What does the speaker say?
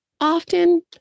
often